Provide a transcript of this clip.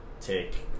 take